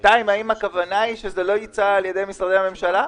מכיוון שאין אישור מיושב-ראש הכנסת,